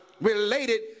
related